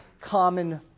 common